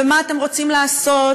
ומה אתם רוצים לעשות,